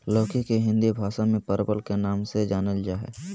लौकी के हिंदी भाषा में परवल के नाम से जानल जाय हइ